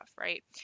right